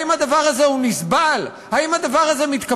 האם הדבר הזה הוא נסבל?